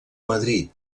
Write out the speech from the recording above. madrid